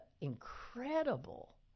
incredible